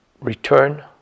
return